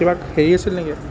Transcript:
কিবা হেৰি আছিল নেকি